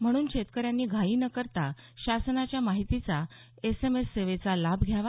म्हणून शेतकऱ्यांनी घाई न करता शासनाच्या माहितीचा एसएमएस सेवेचा लाभ घ्यावा